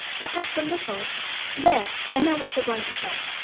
perhaps a little there, i know what you're going to say.